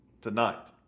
tonight